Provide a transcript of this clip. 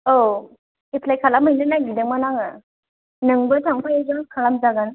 औ एप्लाय खालामहैनो नागिरदोंमोन आङो नोंबो थांफायोबा खालामजागोन